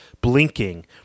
blinking